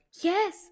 Yes